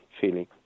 feeling